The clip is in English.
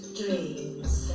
dreams